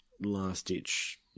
last-ditch